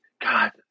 God